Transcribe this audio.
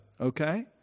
Okay